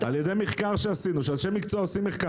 על פי מחקר שעשו אנשי מחקר.